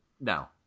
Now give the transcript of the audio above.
no